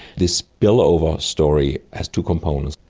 this spillover story has two components.